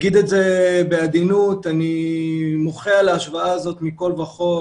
אני מוחה על כך מכל וכל,